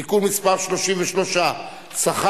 איתן כבל יציג